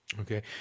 Okay